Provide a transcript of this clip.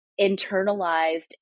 internalized